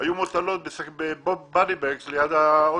היו מוטלות ליד האוטובוס.